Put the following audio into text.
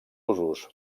usos